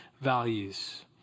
values